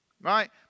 Right